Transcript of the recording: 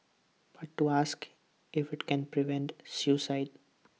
but to ask if IT can prevent suicide